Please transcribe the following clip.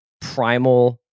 primal